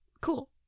cool